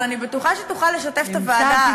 אז אני בטוחה שתוכל לשתף את הוועדה,